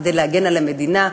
כדי להגן על המדינה,